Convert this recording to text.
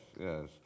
yes